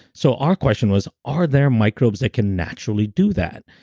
so our question was, are there microbes that can naturally do that?